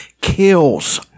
kills